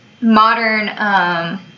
modern